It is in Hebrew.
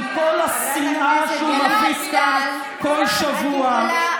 עם כל השנאה שהוא מפיץ כאן כל שבוע,